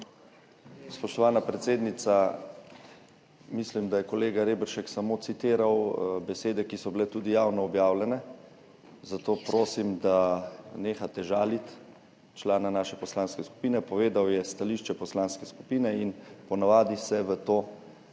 Spoštovana predsednica, mislim, da je kolega Reberšek samo citiral besede, ki so bile tudi javno objavljene, zato prosim, da nehate žaliti člana naše poslanske skupine. Povedal je stališče poslanske skupine in po navadi se v to